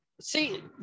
see